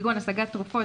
כגון השגת תרופות,